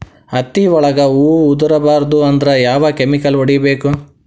ಹತ್ತಿ ಒಳಗ ಹೂವು ಉದುರ್ ಬಾರದು ಅಂದ್ರ ಯಾವ ಕೆಮಿಕಲ್ ಹೊಡಿಬೇಕು?